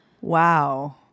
Wow